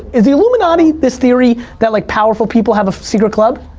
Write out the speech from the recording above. is the illuminati this theory that like powerful people have a secret club?